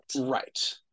Right